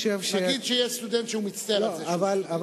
נגיד שיש סטודנט שהוא מצטער על זה שהוא סטודנט,